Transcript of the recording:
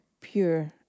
pure